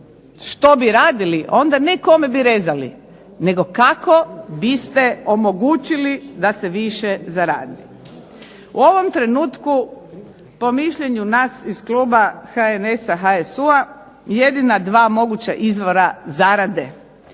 što bi radili onda ne kome bi rezali nego kako biste omogućili da se više zaradi? U ovom trenutku, po mišljenju nas iz kluba HNS-a i HSU-a, jedina 2 moguća izvora zarade